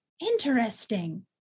Interesting